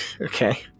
Okay